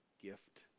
gift